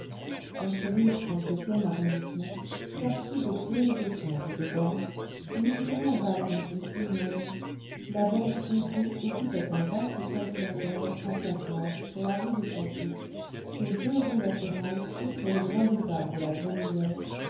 dans ce riche trente-septième arrondissement quartier de gros négociants et de banques où les terrains valent un prix énorme la banque ponto occupait un vaste quadrilatère en façade sur la rue de chatou sur deux rues latérales et sur le grand boulevard de la grenouillère